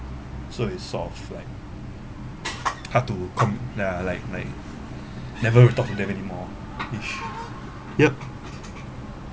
so is sort off like hard to com~ ya like like never really talk to them anymore ish yup